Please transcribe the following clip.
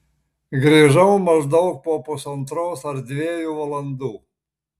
grįžau maždaug po pusantros ar dviejų valandų